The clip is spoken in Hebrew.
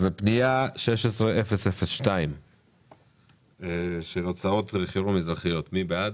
אז פנייה 16-002 של הוצאות חירום אזרחיות, מי בעד?